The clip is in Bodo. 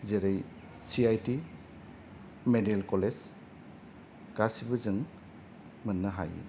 जेरै C I T medical college गासैबो जों मोननो हायो